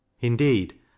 Indeed